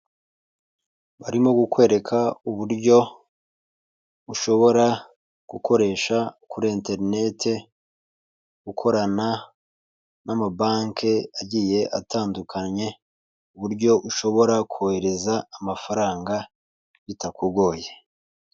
Barimo kukwereka uburyo, ushobora gukoresha kuri enterinete, ukorana n'amabanki agiye atandukanye, uburyo ushobora kohereza amafaranga bitakugoye.